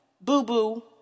boo-boo